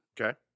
Okay